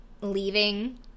leaving